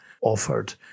offered